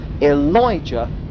Elijah